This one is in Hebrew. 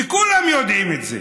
וכולם יודעים את זה,